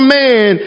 man